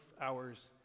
hours